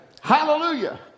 Hallelujah